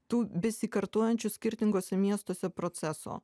tų besikartojančių skirtinguose miestuose proceso